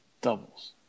Doubles